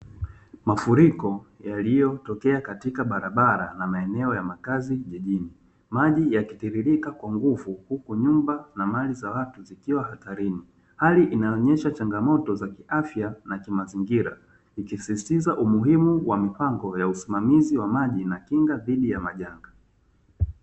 Mafuriko yaliyotokea katika barabara na maeneo ya makazi ya jiji, maji yakitiririka kwa nguvu huku nyumba na mali za watu zikiwa hatarini, hali inayoonyesha changamoto za kiafya na kimazingira. Ikisisitiza umuhimu wa mipango ya usimamizi wa maji na kinga dhidi ya majanga.